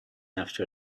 after